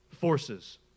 forces